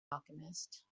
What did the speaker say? alchemist